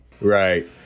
Right